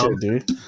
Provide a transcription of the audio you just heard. dude